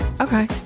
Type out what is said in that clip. Okay